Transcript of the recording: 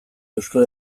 euskal